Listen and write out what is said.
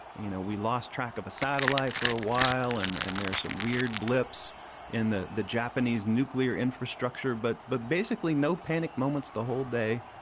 you know, we lost track of a satellite for a while and and there are some weird blips in the the japanese nuclear infrastructure. but but basically no panic moments. the whole day.